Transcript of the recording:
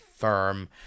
firm